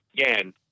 again